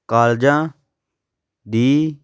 ਕਾਲਜਾਂ ਦੀ